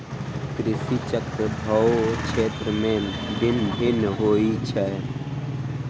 कृषि चक्र सभ क्षेत्र मे भिन्न भिन्न होइत छै